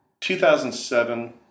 2007